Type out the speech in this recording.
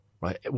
right